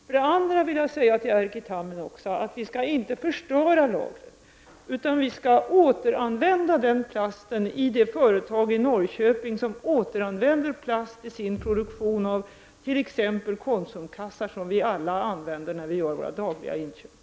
För det andra vill jag säga till Erkki Tammenoksa att lagren inte skall förstöras, utan plasten skall återanvändas i det företag i Norrköping som återanvänder plast i sin produktion av t.ex. Konsumkassar, som vi alla använder när vi gör våra dagliga inköp.